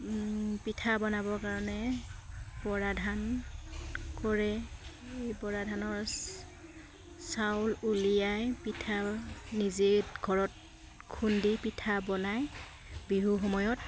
পিঠা বনাবৰ কাৰণে বৰা ধান কৰে এই বৰা ধানৰ চাউল উলিয়াই পিঠা নিজে ঘৰত খুন্দি পিঠা বনাই বিহু সময়ত